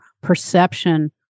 perception